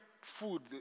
food